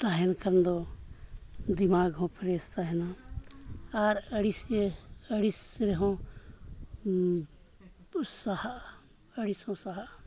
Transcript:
ᱛᱟᱦᱮᱱ ᱠᱷᱟᱱ ᱫᱚ ᱰᱤᱢᱟᱜᱽ ᱦᱚᱸ ᱯᱷᱨᱮᱥ ᱛᱟᱦᱮᱱᱟ ᱟᱨ ᱟ ᱲᱤᱥᱜᱮ ᱟ ᱲᱤᱥ ᱨᱮᱦᱚᱸ ᱯᱩᱥᱟᱦᱟᱜᱼᱟ ᱟ ᱲᱤᱥ ᱦᱚᱸ ᱥᱟᱦᱟᱜᱼᱟ